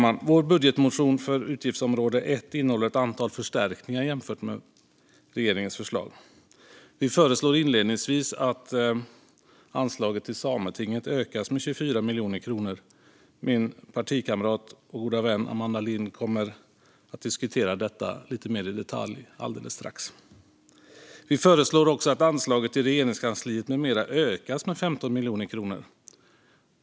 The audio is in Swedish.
Miljöpartiets budgetmotion för utgiftsområde 1 innehåller ett antal förstärkningar jämfört med regeringens förslag. Vi föreslår inledningsvis att anslaget till Sametinget ökas med 24 miljoner kronor. Min partikamrat och goda vän Amanda Lind kommer att diskutera detta lite mer i detalj alldeles strax. Miljöpartiet föreslår också att anslaget till Regeringskansliet med mera ökas med 15 miljoner kronor.